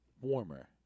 warmer